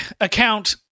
account